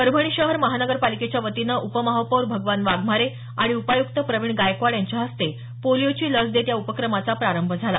परभणी शहर महानगरपालिकेच्यावतीनं उपमहापौर भगवान वाघमारे आणि उपायुक्त प्रवीण गायकवाड यांच्या हस्ते पोलिओची लस देत या उपक्रमाचा प्रारंभ झाला